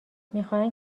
میخواهند